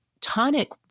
tonic